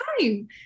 time